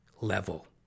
level